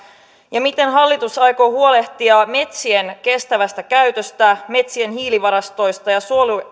miten hallitus aikoo huolehtia metsien kestävästä käytöstä metsien hiilivarastoista ja